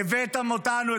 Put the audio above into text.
אדון שקלים.